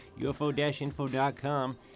ufo-info.com